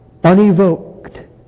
unevoked